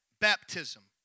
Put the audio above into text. baptism